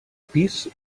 pis